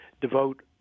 devote